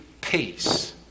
peace